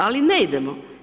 Ali ne idemo.